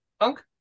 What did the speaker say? Unc